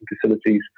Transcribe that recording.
facilities